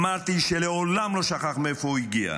אמרתי שמעולם לא שכח מאיפה הוא הגיע.